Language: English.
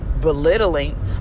belittling